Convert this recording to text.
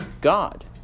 God